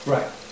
Right